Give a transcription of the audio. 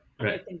Right